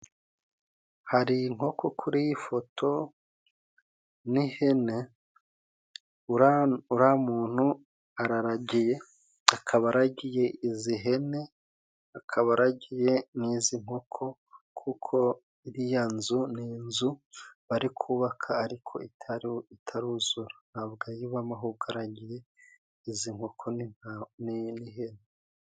Hari inkoko kuri iyi foto n'ihene, uriya muntu araragiye akaba aragiye izi hene, akaba aragiye n'izi nkoko kuko iriya nzu ni inzu bari kubaka ariko itariho itaruzura, ntabwo ayibamo ahubwo aragiye izi nkoko ni nta n'ihene.